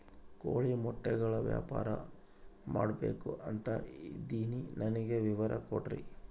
ಕೋಳಿ ಮೊಟ್ಟೆಗಳ ವ್ಯಾಪಾರ ಮಾಡ್ಬೇಕು ಅಂತ ಇದಿನಿ ನನಗೆ ವಿವರ ಕೊಡ್ರಿ?